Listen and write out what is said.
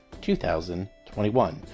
2021